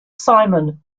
simon